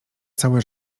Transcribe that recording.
całe